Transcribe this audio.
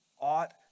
ought